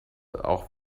auch